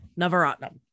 Navaratnam